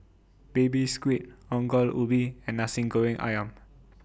Baby Squid Ongol Ubi and Nasi Goreng Ayam